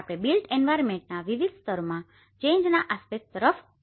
આપણે બિલ્ટ એન્વાયરમેન્ટના વિવિધ સ્તરોમાં ચેન્જના આસ્પેક્ટ તરફ જોયું